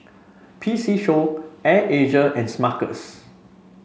P C Show Air Asia and Smuckers